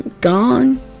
Gone